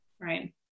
right